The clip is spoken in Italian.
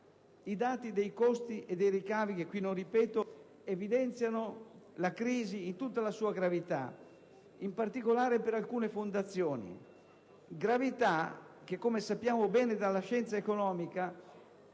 I dati dei costi e dei ricavi, che qui non ripeto, evidenziano la crisi in tutta la sua gravità, in particolare per alcune fondazioni. Gravità che, come sappiamo bene dalla scienza economica,